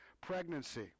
pregnancy